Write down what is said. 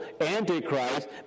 antichrist